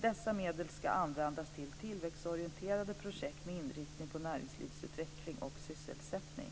Dessa medel skall användas till tillväxtorienterade projekt med inriktning på näringslivsutveckling och sysselsättning.